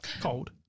cold